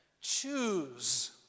choose